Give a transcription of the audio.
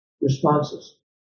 responses